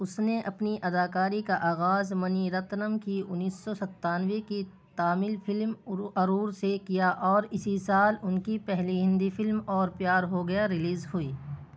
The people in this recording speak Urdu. اس نے اپنی اداکاری کا آغاز منی رتنم کی انیس سو ستانوے کی تامل فلم ارور سے کیا اور اسی سال ان کی پہلی ہندی فلم اور پیار ہو گیا ریلیز ہوئی